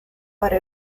para